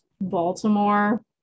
baltimore